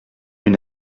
une